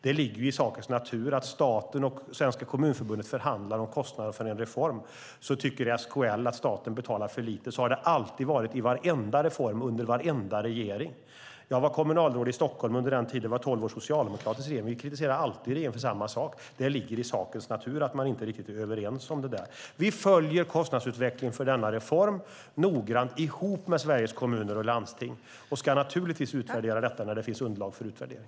Det ligger i sakens natur att när staten och SKL förhandlar om kostnaderna för en reform tycker SKL att staten betalar för lite. Så har det alltid varit i varenda reform, under varenda regering. Jag var kommunalråd i Stockholm under den tolvårsperiod då det var socialdemokratisk regering. Vi kritiserade alltid regeringen för samma sak. Det ligger i sakens natur att man inte riktigt är överens om det där. Vi följer kostnadsutvecklingen för denna reform noggrant, ihop med Sveriges Kommuner och Landsting, och ska naturligtvis utvärdera detta när det finns underlag för utvärdering.